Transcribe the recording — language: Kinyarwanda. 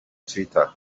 twitter